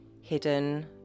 hidden